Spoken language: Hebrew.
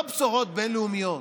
לא בשורות בין-לאומיות.